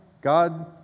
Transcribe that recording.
God